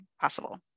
possible